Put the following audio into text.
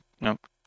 Nope